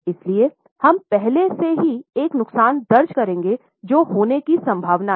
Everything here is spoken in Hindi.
इसलिए हम पहले से ही एक नुकसान दर्ज करेंगे जो होने की संभावना है